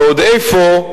ועוד איפה,